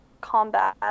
combat